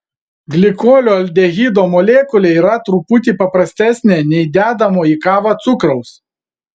glikolio aldehido molekulė yra truputį paprastesnė nei dedamo į kavą cukraus